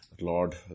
Lord